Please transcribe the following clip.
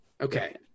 Okay